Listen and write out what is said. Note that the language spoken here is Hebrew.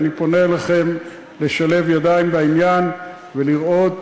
ואני פונה אליכם לשלב ידיים בעניין ולראות